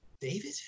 David